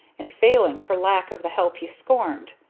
and failing for lack of the help he scorned.